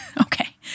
Okay